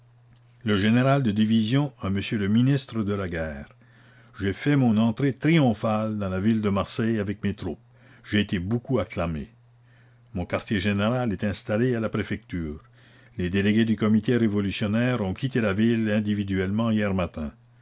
le général de division à m le ministre de la guerre la commune j'ai fait mon entrée triomphale dans la ville de marseille avec mes troupes j'ai été beaucoup acclamé mon quartier général est installé à la préfecture les délégués du comité révolutionnaire ont quitté la ville individuellement hier matin